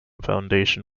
foundation